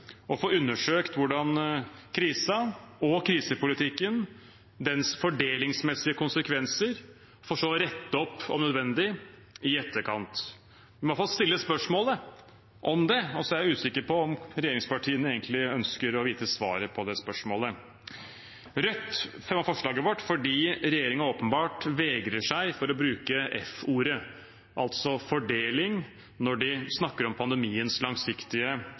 få undersøkt krisen og krisepolitikken, dens fordelingsmessige konsekvenser for så å rette opp, om nødvendig, i etterkant. Man må i hvert fall stille spørsmålet om det, og så er jeg usikker på om regjeringspartiene egentlig ønsker å vite svaret på det spørsmålet. Rødt fremmer forslaget vårt fordi regjeringen åpenbart vegrer seg for å bruke f-ordet, altså fordeling når de snakker om pandemiens langsiktige